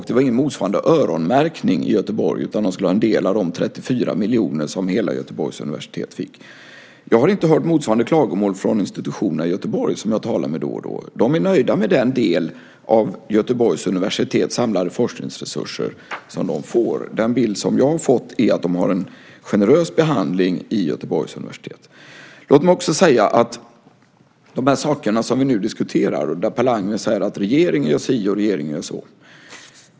Det var ingen motsvarande öronmärkning i Göteborg, utan de skulle ha en del av de 34 miljoner som hela Göteborgs universitet fick. Jag har inte hört motsvarande klagomål från institutionerna i Göteborg som jag talar med då och då. De är nöjda med den del av Göteborgs universitets samlade forskningsresurser som de får. Den bild som jag har fått är att de har en generös behandling på Göteborgs universitet. Per Landgren säger att regeringen gör si och så i de här frågorna.